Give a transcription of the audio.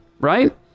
right